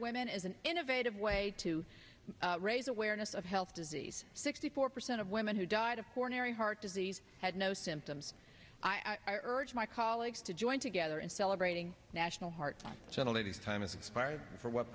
women is an innovative way to raise awareness of health disease sixty four percent of women who died of coronary heart disease had no symptoms i urge my colleagues to join together in celebrating national heart time is expired for what